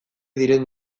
diren